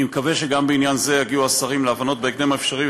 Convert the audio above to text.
אני מקווה שגם בעניין זה יגיעו השרים להבנות בהקדם האפשרי,